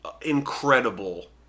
incredible